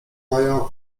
mają